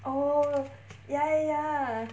oh ya ya ya